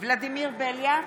ולדימיר בליאק,